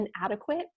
inadequate